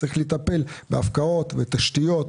צריך לטפל בהפקעות ובתשתיות.